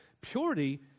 purity